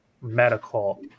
medical